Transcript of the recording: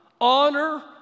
honor